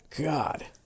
God